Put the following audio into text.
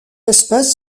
espèce